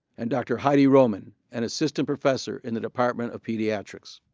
and dr. heidi roman, an assistant professor in the department of pediatrics.